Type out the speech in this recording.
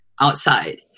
outside